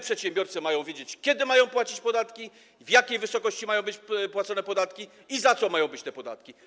Przedsiębiorcy mają wiedzieć, kiedy mają płacić podatki, w jakiej wysokości mają być płacone podatki i za co mają być te podatki.